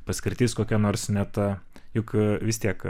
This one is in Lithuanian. paskirtis kokia nors ne ta juk vis tiek